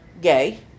gay